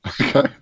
Okay